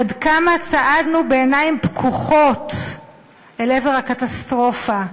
עד כמה צעדנו בעיניים פקוחות אל עבר הקטסטרופה.